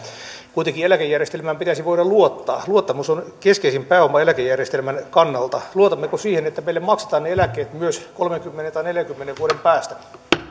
kuitenkin eläkejärjestelmään pitäisi voida luottaa luottamus on keskeisin pääoma eläkejärjestelmän kannalta luotammeko siihen että meille maksetaan ne eläkkeet myös kolmekymmentä tai neljänkymmenen vuoden päästä